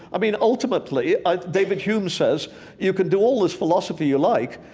i mean, ultimately, i've david hume says you can do all this philosophy you like,